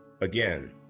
Again